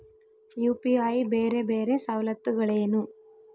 UPI ಬೇರೆ ಬೇರೆ ಸವಲತ್ತುಗಳೇನು?